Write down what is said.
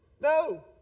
No